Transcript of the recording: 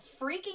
freaking